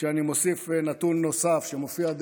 ואני מוסיף נתון נוסף שמופיע,